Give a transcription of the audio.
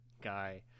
guy